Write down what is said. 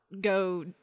go